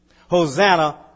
Hosanna